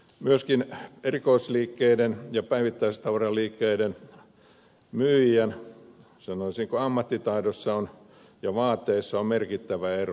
myöskin erikoisliikkeiden ja päivittäistavaraliikkeiden myyjien sanoisinko ammattitaidossa ja vaateissa on merkittävä ero